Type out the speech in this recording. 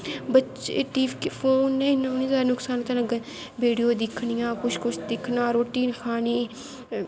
बच्चे फोन नै उनें इन्ना जादा नुकसान करना बीडियो दिक्ख नियां कुश कुश दिक्खनां रोटी नी खानी